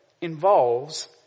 involves